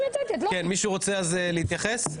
10:39) מישהו רוצה להתייחס?